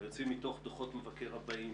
שיוצאים מתוך דוחות המבקר הבאים: